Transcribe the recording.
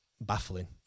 baffling